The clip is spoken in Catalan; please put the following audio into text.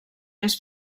més